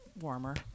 warmer